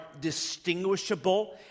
distinguishable